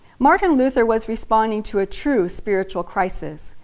martin luther was responding to a true spiritual crisis.